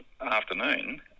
afternoon